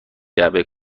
جعبه